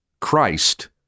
Christ